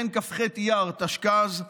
בין כ"ח באייר התשכ"ז,